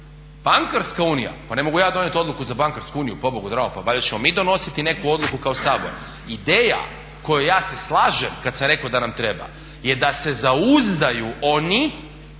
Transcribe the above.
Bankarska unija, pa ne mogu ja donijet odluku za bankarsku uniju, pobogu dragom, pa valjda ćemo mi donositi neku odluku kao Sabor. Ideja koja ja se slažem kad sam rekao da nam treba je da se zauzdaju oni